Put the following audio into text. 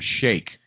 shake